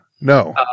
No